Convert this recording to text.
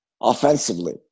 offensively